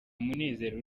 munezero